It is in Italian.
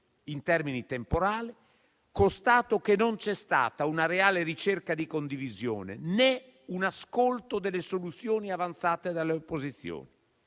in termini temporali, constato che non ci sono stati una reale ricerca di condivisione né un ascolto delle soluzioni avanzate dalle opposizioni.